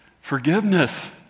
forgiveness